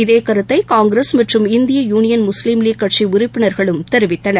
இதேகருத்தைகாங்கிரஸ் மற்றும் இந்திய union Muslim league கட்சிஉறுப்பினர்களும் தெரிவித்தனர்